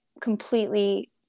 completely